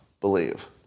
believe